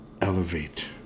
elevate